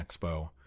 expo